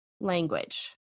language